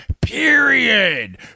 period